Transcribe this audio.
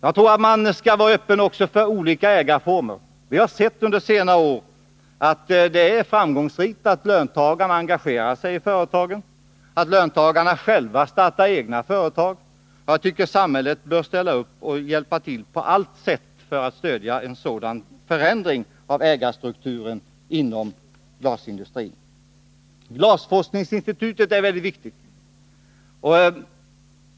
Jag tror att man också skall vara öppen för olika ägarformer. Vi har sett under senare år att det är framgångsrikt att löntagarna engagerar sig i företagen och att de startar egna företag. Jag tycker att samhället bör ställa upp och hjälpa till på allt sätt för att stödja en sådan förändring av ägarstrukturen inom glasindustrin. Glasforskningsinstitutet är mycket viktigt.